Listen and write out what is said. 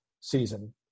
season